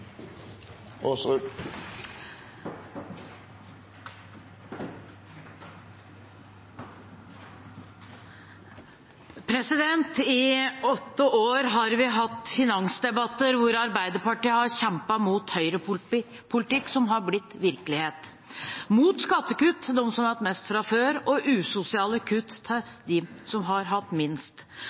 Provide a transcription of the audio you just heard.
hatt finansdebatter hvor Arbeiderpartiet har kjempet mot høyrepolitikk som har blitt virkelighet – mot skattekutt til dem som har hatt mest fra før, og usosiale kutt til dem som har hatt minst,